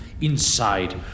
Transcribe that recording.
inside